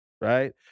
Right